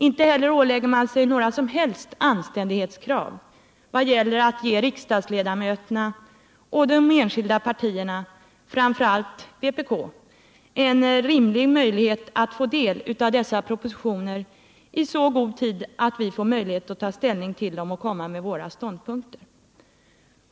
Inte heller ålägger man sig några som helst anständighetskrav vad gäller att ge riksdagsledamöterna och de enskilda partierna, framför allt vpk, en rimlig möjlighet att ta ställning till förslagen och framföra synpunkter.